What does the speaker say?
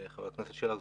חבר הכנסת שלח,